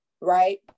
right